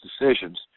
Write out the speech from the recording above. decisions